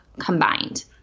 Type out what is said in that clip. combined